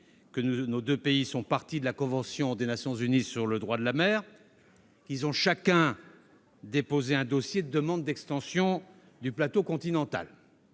nos deux pays sont parties à la convention des Nations unies sur le droit de la mer. Tous deux ont déposé un dossier de demande d'extension du plateau continental.